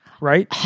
right